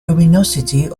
luminosity